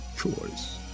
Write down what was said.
choice